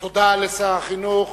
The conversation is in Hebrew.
תודה לשר החינוך